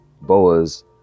boas